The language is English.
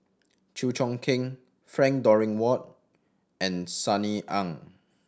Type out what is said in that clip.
Chew Choo Keng Frank Dorrington Ward and Sunny Ang